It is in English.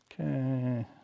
Okay